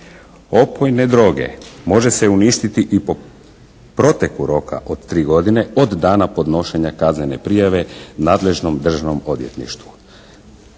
Opojne droge može se uništiti i po proteku roka od tri godine od dana podnošenja kaznene prijave nadležnom Državnom odvjetništvu."